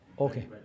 Okay